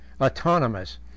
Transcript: autonomous